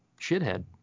shithead